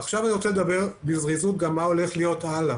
עכשיו אני רוצה לדבר בזריזות על מה שהולך להיות הלאה,